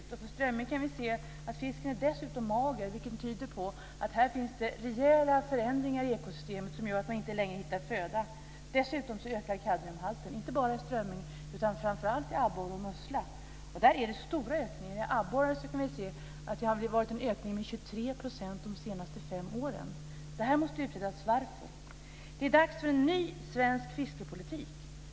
När det gäller strömming kan vi se att fisken dessutom är mager, vilket tyder på att det finns rejäla förändringar i ekosystemet som gör att den inte längre hittar föda. Dessutom ökar kadmiumhalten inte bara i strömming utan framför allt i abborre och mussla. Det är stora ökningar. När det gäller abborrar kan vi se att det har varit en ökning med 23 % de senaste fem åren. Det måste utredas varför det är så. Det är dags för en ny svensk fiskepolitik.